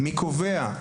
מי קובע,